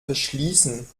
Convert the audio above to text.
verschließen